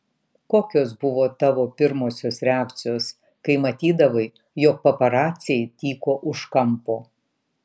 kokios buvo tavo pirmosios reakcijos kai matydavai jog paparaciai tyko už kampo